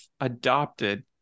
adopted